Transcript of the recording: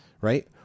right